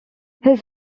his